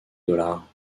dollars